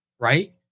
Right